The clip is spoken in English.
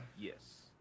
Yes